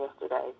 yesterday